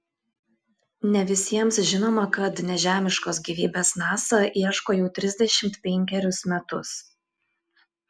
ne visiems žinoma kad nežemiškos gyvybės nasa ieško jau trisdešimt penkerius metus